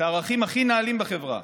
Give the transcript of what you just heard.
את הערכים הכי נעלים בחברה.